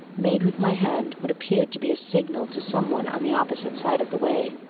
made with my hand what appeared to be a signal to some one on the opposite side of the way.